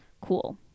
Cool